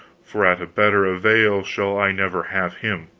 for at a better avail shall i never have him.